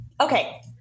Okay